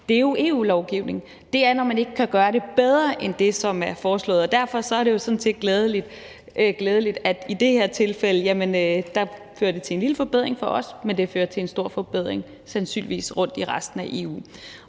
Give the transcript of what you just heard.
er jo EU-lovgivning; det er, når man ikke kan gøre det bedre end det, som er foreslået. Og derfor er det sådan set glædeligt, at det i det her tilfælde fører til en lille forbedring for os, men sandsynligvis til en stor forbedring rundt i resten af EU.